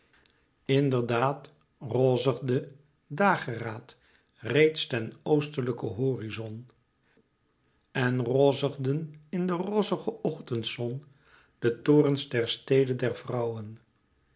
der daad rozigde dageraad reeds ten oostlijken horizon en rezen in de rozige ochtendzon de torens der stede der vrouwen